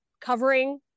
covering